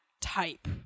type